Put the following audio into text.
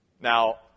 Now